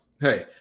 hey